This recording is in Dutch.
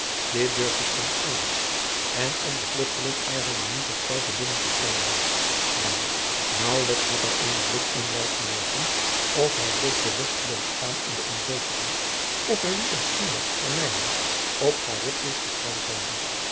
dit deurtje stond aan en onze vluchteling aarzelde niet hetzelve binnen te treden dan naauwlijks had hij eenen blik inwaart geworpen of hij bleef bewusteloos staan in de onzekerheid of hij niet door scylla te vermijden op charybdis gestrand ware